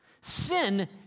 Sin